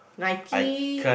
Nike